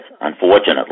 unfortunately